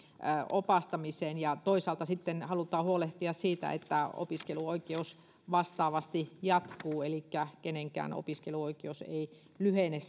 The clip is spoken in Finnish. opastamiseen toisaalta sitten halutaan huolehtia siitä että opiskeluoikeus vastaavasti jatkuu elikkä kenenkään opiskeluoikeus ei lyhene